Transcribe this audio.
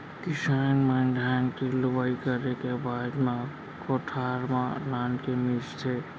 किसान मन धान के लुवई करे के बाद म कोठार म लानके मिंजथे